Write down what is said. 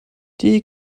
die